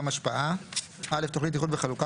השפעה 34. (א) תוכנית איחוד וחלוקה,